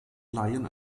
laien